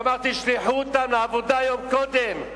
הוא אמר: תשלחו אותם לעבודה יום קודם,